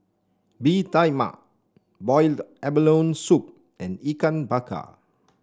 Bee Tai Mak Boiled Abalone Soup and Ikan Bakar